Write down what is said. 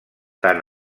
tant